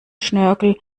schnörkel